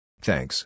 Thanks